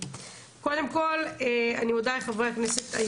אוקיי, הרחקתם המשטרה.